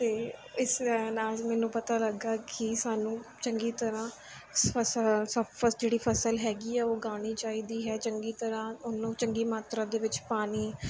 ਅਤੇ ਇਸ ਵਜ੍ਹਾ ਨਾਲ ਮੈਨੂੰ ਪਤਾ ਲੱਗਾ ਕਿ ਸਾਨੂੰ ਚੰਗੀ ਤਰ੍ਹਾਂ ਫਸਲ ਸਫ ਜਿਹੜੀ ਫਸਲ ਹੈਗੀ ਆ ਉਹ ਉਗਾਉਣੀ ਚਾਹੀਦੀ ਹੈ ਚੰਗੀ ਤਰ੍ਹਾਂ ਉਹਨੂੰ ਚੰਗੀ ਮਾਤਰਾ ਦੇ ਵਿੱਚ ਪਾਣੀ